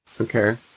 Okay